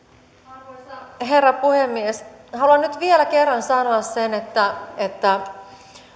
arvoisa herra puhemies haluan nyt vielä kerran sanoa sen että että